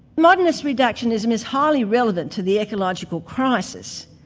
modernist reductionism is highly relevant to the ecological crisis.